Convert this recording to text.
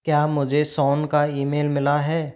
क्या मुझे शॉन का ईमेल मिला है